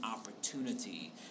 opportunity